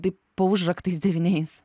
taip po užraktais devyniais